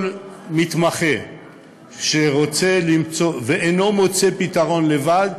מתמחה שרוצה למצוא ואינו מוצא פתרון לבד,